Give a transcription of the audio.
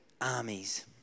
armies